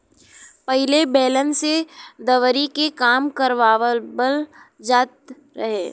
पहिले बैलन से दवरी के काम करवाबल जात रहे